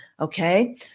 Okay